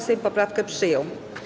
Sejm poprawkę przyjął.